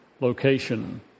location